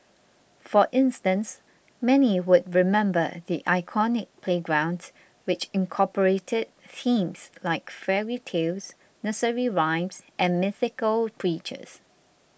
for instance many would remember the iconic playgrounds which incorporated themes like fairy tales nursery rhymes and mythical creatures